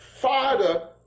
Father